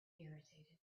irritated